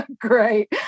great